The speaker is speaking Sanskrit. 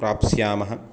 प्राप्स्यामः